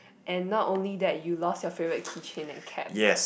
and not only that you lost your favourite keychain and cap